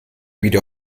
wieder